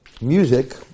music